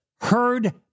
heard